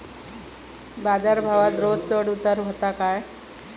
बाजार भावात रोज चढउतार व्हता काय?